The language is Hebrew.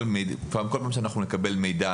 כל פעם שאנחנו נקבל מידע,